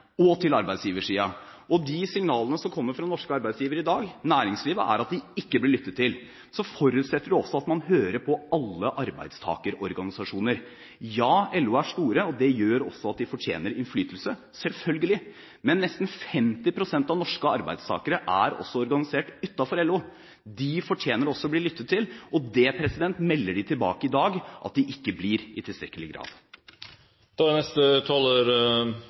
og til arbeidsgiversiden. De signalene som kommer fra norske arbeidsgivere i dag, fra næringslivet, er at de ikke blir lyttet til. Det forutsetter også at man hører på alle arbeidstakerorganisasjoner. Ja, LO er stor, og det gjør også at den fortjener innflytelse, selvfølgelig. Men nesten 50 pst. av norske arbeidstakere er organisert utenfor LO. De fortjener også å bli lyttet til. Det melder de tilbake i dag at de ikke blir, i tilstrekkelig